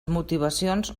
motivacions